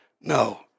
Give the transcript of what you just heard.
No